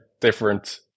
different